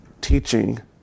teaching